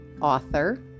author